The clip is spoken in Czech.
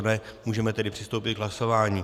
Ne, můžeme tedy přistoupit k hlasování.